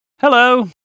Hello